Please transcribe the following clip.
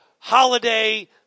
holiday